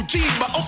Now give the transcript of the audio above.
Jima